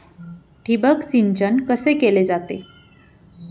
ठिबक सिंचन कसे केले जाते?